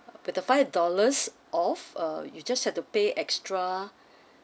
with a five dollars off uh you just have to pay extra